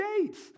gates